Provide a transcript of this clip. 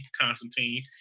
Constantine